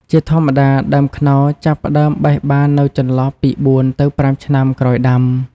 ជាធម្មតា ដើមខ្នុរចាប់ផ្ដើមបេះបាននៅចន្លោះពី ៤ ទៅ ៥ ឆ្នាំក្រោយដាំ។